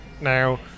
now